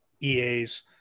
EA's